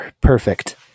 Perfect